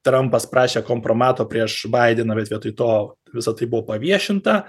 trampas prašė kompromato prieš baideną bet vietoj to visa tai buvo paviešinta